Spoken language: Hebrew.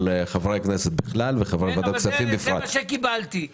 חברי הכנסת בכלל ועל חברי ועדת הכספים בפרט.